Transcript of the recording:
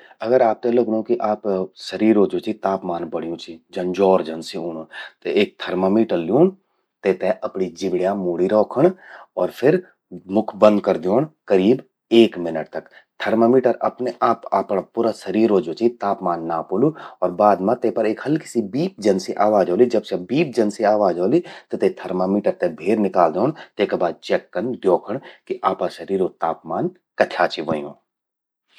अगर आपते लगणूं कि आपा सरीरो ज्वो चि तापमान बण्यूं चि। जन जौर जन सि ऊंणूं। त एक थर्मामीटर ल्यूंण। तेते अपणिं जिब्ण्या मूणि रौखण और फिर मुख बंद कर द्योंण करीब एक मिनट तक। थर्मामीटर अपने आप ज्वो चि आपा सरीरो पूरू तापमान नापोलु अर बाद मां ते पर हल्कि सी बीप जन सि आवाज औलि। जब स्या बीप जन सि आवाज औलि, त ते थर्मामीटर ते भेर निकाल द्योंण। तेका बाद चेक कन, द्योखणं कि आपा सरीरो तापमान कथ्या चि व्हयूं।